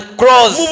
cross